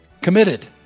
committed